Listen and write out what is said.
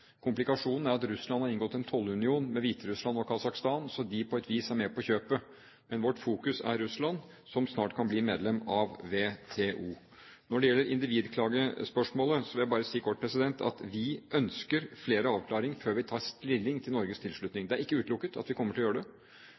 Komplikasjonen er at Russland har inngått en tollunion med Hviterussland og Kasakhstan, så de er på et vis med på kjøpet. Men vårt fokus er Russland, som snart kan bli medlem av WTO. Når det gjelder individklagespørsmålet, vil jeg bare si kort at vi ønsker flere avklaringer før vi tar stilling til Norges tilslutning. Det er ikke utelukket at vi kommer til å gjøre det,